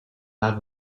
have